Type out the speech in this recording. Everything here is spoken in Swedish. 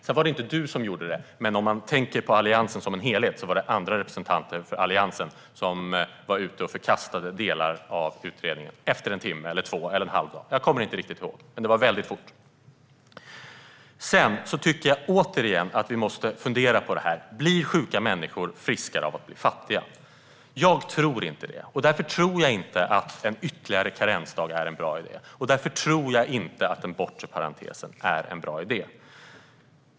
Det var inte du som gjorde detta, men jag tänker på Alliansen som en helhet. Det var andra representanter för Alliansen som förkastade delar av utredningen efter en timme eller två eller en halv dag - jag kommer inte riktigt ihåg, men det gick väldigt fort. Jag tycker, återigen, att vi måste fundera på om sjuka människor blir friskare av att bli fattiga. Jag tror inte det. Därför tror jag inte att en ytterligare karensdag är en bra idé, och därför tror jag heller inte att den bortre parentesen är en bra idé.